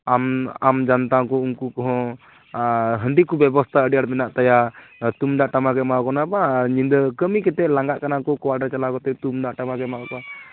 ᱟᱢ ᱟᱢ ᱡᱚᱱᱛᱟ ᱠᱚ ᱩᱱᱠᱩ ᱠᱚᱦᱚᱸ ᱟᱨ ᱦᱟᱺᱰᱤ ᱠᱚ ᱵᱮᱵᱚᱥᱛᱷᱟ ᱟᱹᱰᱤ ᱟᱸᱴ ᱢᱮᱱᱟᱜ ᱛᱟᱭᱟ ᱛᱩᱢᱫᱟᱜ ᱴᱟᱢᱟᱠᱮ ᱮᱢᱟ ᱠᱚ ᱠᱟᱱᱟ ᱟᱵᱟᱨ ᱧᱤᱫᱟᱹ ᱠᱟᱹᱢᱤ ᱠᱟᱛᱮᱫ ᱞᱟᱸᱜᱟᱜ ᱠᱟᱱᱟ ᱩᱱᱠᱩ ᱠᱚ ᱚᱲᱟᱜ ᱨᱮ ᱪᱟᱞᱟᱣ ᱠᱟᱛᱮᱫ ᱛᱩᱢᱫᱟᱜ ᱴᱟᱢᱟᱠᱮ ᱮᱢᱟ ᱠᱚᱣᱟ